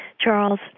Charles